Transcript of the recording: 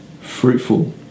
fruitful